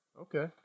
Okay